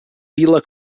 vila